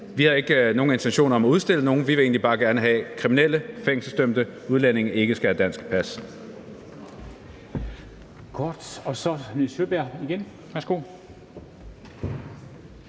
Vi har ikke nogen intention om at udstille nogen. Vi vil egentlig bare gerne have, at kriminelle fængselsdømte udlændinge ikke skal have dansk pas.